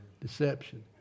Deception